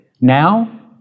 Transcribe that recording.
now